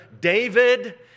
David